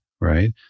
right